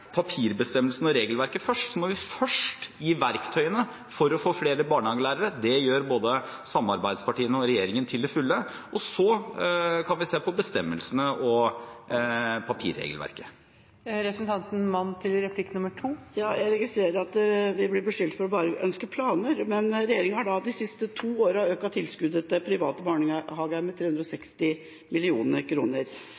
papirbestemmelsene og regelverket først, må vi først gi verktøyene for å få flere barnehagelærere. Det gjør både samarbeidspartiene og regjeringen til fulle. Så kan vi se på bestemmelsene og papirregelverket. Jeg registrerer at vi blir beskyldt for bare å ønske planer. Regjeringa har de siste to åra økt tilskuddet til private barnehager med 360